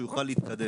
שהוא יוכל להתקדם.